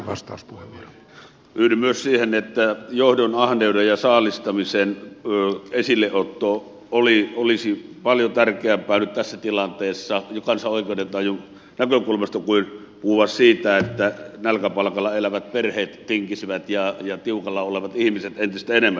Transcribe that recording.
yhdyn myös siihen että johdon ahneuden ja saalistamisen esilleotto olisi paljon tärkeämpää nyt tässä tilanteessa kansan oikeudentajun näkökulmasta kuin puhua siitä että nälkäpalkalla elävät perheet ja tiukalla olevat ihmiset tinkisivät entistä enemmän